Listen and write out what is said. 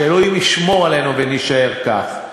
שאלוהים ישמור עלינו ונישאר כך.